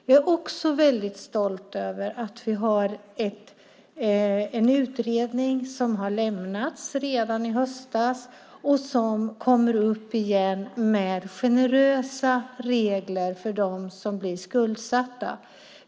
Jag är väldigt stolt över att vi har en utredning som lämnades i höstas och som kom med förslag till generösa regler för dem som blir skuldsatta.